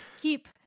Keep